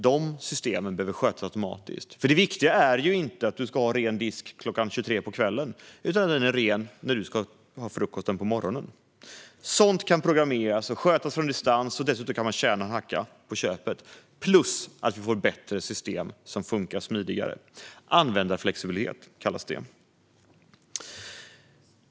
De systemen behöver skötas automatiskt. Det viktiga är ju inte att du har ren disk kl. 23 på kvällen utan att den är ren när du ska ha frukost på morgonen. Sådant kan programmeras och skötas på distans, och dessutom kan man tjäna en hacka på köpet. Därtill får vi bättre system som funkar smidigare. Användarflexibilitet kallas det.